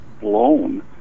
blown